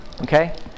okay